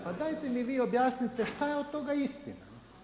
Pa dajte mi vi objasnite šta je od toga istina?